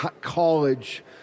college